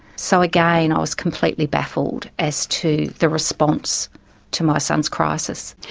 so again, i was completely baffled as to the response to my son's crisis.